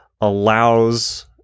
allows